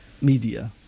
media